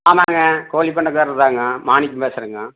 ஆமாங்க கோழிப் பண்ணைக்காரர்தான்ங்க மாணிக்கம் பேசுகிறேங்க